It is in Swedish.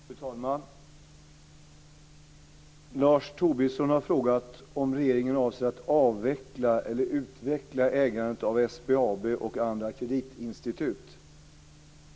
Fru talman! Lars Tobisson har frågat om regeringen avser att avveckla eller utveckla ägandet av SBAB och andra kreditinstitut.